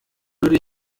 würde